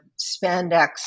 spandex